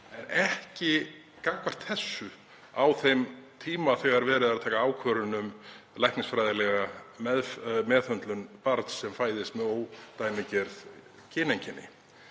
en ekki gagnvart þessu, ekki á þeim tíma þegar verið er að taka ákvörðun um læknisfræðilega meðhöndlun barns sem fæðist með ódæmigerð kyneinkenni.